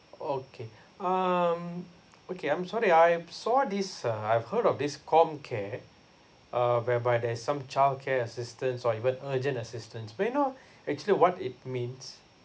okay um okay I'm sorry I've saw this uh I've heard of this comcare uh whereby there's some childcare assistance or even urgent assistance may I know actually what it means